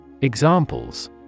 Examples